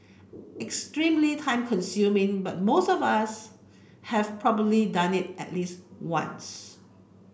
extremely time consuming but most of us have probably done it at least once